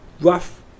rough